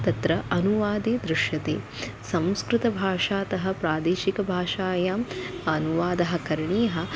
तत्र अनुवादे दृश्यते संस्कृतभाषातः प्रादेशिकभाषायाम् अनुवादः करणीयः